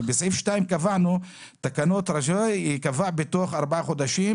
ובסעיף 2 קבענו "תקנות ראשונות...ייקבעו בתוך ארבעה חודשים"